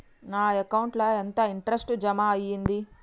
నా అకౌంట్ ల ఎంత ఇంట్రెస్ట్ జమ అయ్యింది?